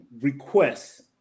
requests